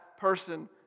person